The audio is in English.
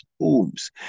homes